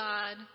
God